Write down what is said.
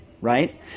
right